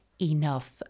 enough